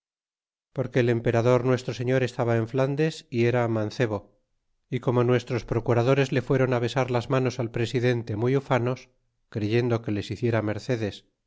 porque el emperador nuestro señor estaba en flandes y era mancebo y como nuestros procuradores le fueron besar las manos al presidente muy ufanos creyendo que les hiciera mercedes